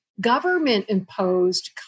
government-imposed